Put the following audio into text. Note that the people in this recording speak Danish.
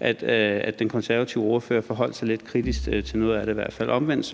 at den konservative ordfører forholdt sig lidt kritisk til i hvert fald noget af det. Omvendt